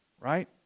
Right